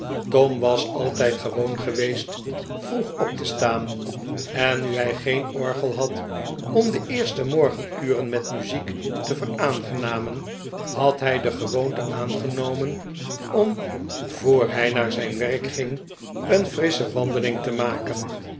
tom was altijd gewoon geweest vroeg op te staan en nu hij geen orgel had om de eerste morgenuren met muziek te veraangenamen had hij de gewoonte aangenomen om voor hij naar zijn werk ging een frissche wandeling te maken